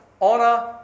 Honor